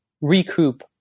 recoup